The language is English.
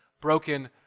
broken